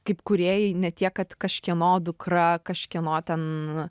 kaip kūrėjai ne tiek kad kažkieno dukra kažkieno ten